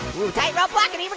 ooh, tight rope walkin',